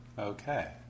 Okay